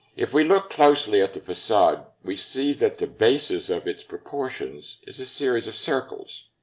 if we look closely at the facade, we see that the basis of its proportions is a series of circles.